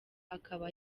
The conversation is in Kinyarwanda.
akaba